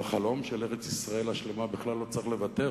החלום של ארץ-ישראל השלמה בכלל לא צריך לוותר,